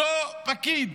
אותו פקיד